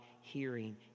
hearing